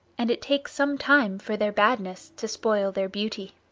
and it takes some time for their badness to spoil their beauty.